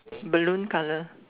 balloon colour